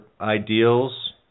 ideals